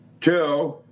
two